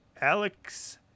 Alex